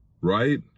Right